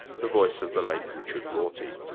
the voice of the late richard rorty,